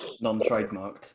Non-trademarked